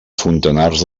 fontanars